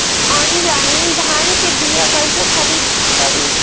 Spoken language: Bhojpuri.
आनलाइन धान के बीया कइसे खरीद करी?